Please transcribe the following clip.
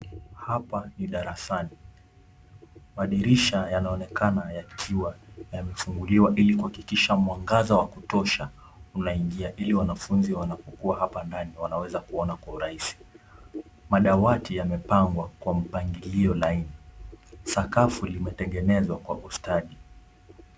Hapa ni darasani. Madirisha yanaonekana yakiwa yamefunguliwa ili kuhakikisha mwangaza wa kutosha unaingia ili wanafunzi wanapokua hapa ndani wanaweza kuona kwa urahisi. Madawati yamepangwa kwa mpangilio laini. Sakafu limetengenezwa kwa ustadi.